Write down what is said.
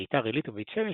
ביתר עילית ובית שמש,